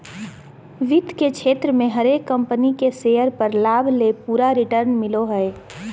वित्त के क्षेत्र मे हरेक कम्पनी के शेयर पर लाभ ले पूरा रिटर्न मिलो हय